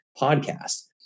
podcast